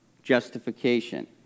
justification